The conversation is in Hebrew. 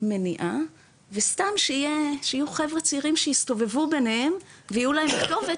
מניעה וסתם שיהיו חבר'ה צעירים שיסתובבו ביניהם ויהיו להם כתובת